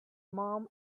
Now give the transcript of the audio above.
mom